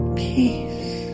peace